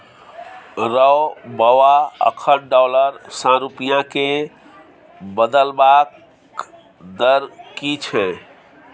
रौ बौआ अखन डॉलर सँ रूपिया केँ बदलबाक दर की छै?